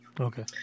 Okay